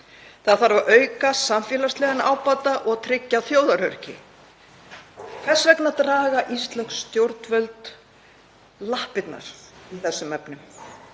Það þarf að auka samfélagslegan ábata og tryggja þjóðaröryggi. Hvers vegna draga íslensk stjórnvöld lappirnar í þessum efnum?